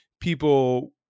people